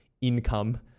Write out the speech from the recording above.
income